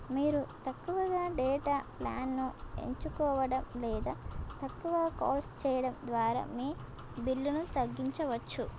మీరు తక్కువగా డేటా ప్లాన్ను ఎంచుకోవడం లేదా తక్కువ కాల్స్ చెయ్యడం ద్వారా మీ బిల్లును తగ్గించవచ్చు